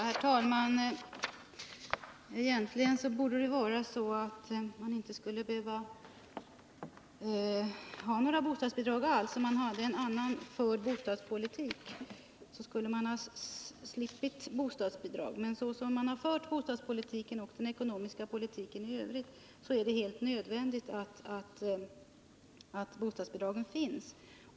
Herr talman! Egentligen borde det vara så att det inte alls skulle behövas några bostadsbidrag. Om man hade fört en annan bostadspolitik skulle vi ha sluppit dem. Men så som man har fört bostadspolitiken och den ekonomiska politiken i övrigt är det helt nödvändigt att bostadsbidragen finns.